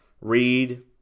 Read